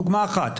זו דוגמה אחת.